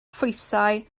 phwysau